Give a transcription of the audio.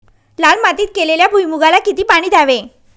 लाल मातीत केलेल्या भुईमूगाला किती पाणी द्यावे?